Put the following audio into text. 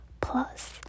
Plus